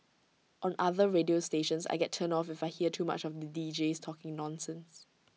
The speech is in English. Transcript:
on other radio stations I get turned off if I hear too much of the Deejays talking nonsense